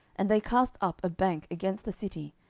and they cast up a bank against the city,